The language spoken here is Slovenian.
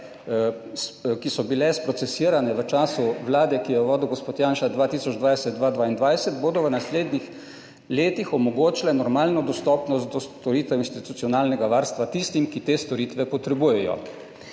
ki so bile sprocesirane v času vlade 2020–2022, ki jo je vodil gospod Janša, bodo v naslednjih letih omogočile normalno dostopnost do storitev institucionalnega varstva tistim, ki te storitve potrebujejo.